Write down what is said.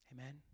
Amen